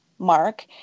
mark